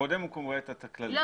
קודם הוא רואה את ה --- לא,